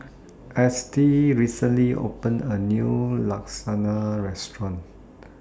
Estie recently opened A New Lasagna Restaurant